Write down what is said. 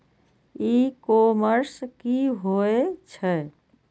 ई commerce की होए छै?